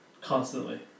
Constantly